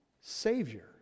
Savior